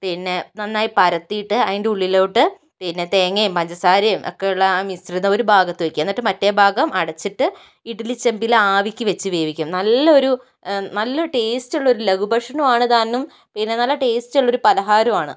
പിന്നെ നന്നായി പരത്തിയിട്ട് അതിൻ്റെ ഉള്ളിലോട്ട് പിന്നെ തേങ്ങയും പഞ്ചസാരയും ഒക്കെ ഉള്ള ആ മിശ്രിതം ഒരു ഭാഗത്ത് വയ്ക്കുക എന്നിട്ട് മറ്റേ ഭാഗം അടച്ചിട്ട് ഇഡ്ലി ചെമ്പിൽ ആവിക്ക് വെച്ച് വേവിക്കും നല്ല ഒരു നല്ല ടേസ്റ്റുള്ള ഒരു ലഘു ഭക്ഷണം ആണ് താനും പിന്നെ നല്ല ടേസ്റ്റുള്ള ഒരു പലഹാരവും ആണ്